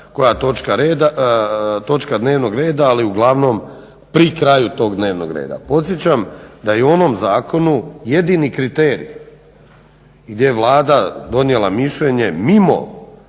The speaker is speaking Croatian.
koja točka dnevnog reda. Ali uglavnom pri kraju tog dnevnog reda. Podsjećam da je u onom zakonu jedini kriterij gdje je Vlada donijela mišljenje mimo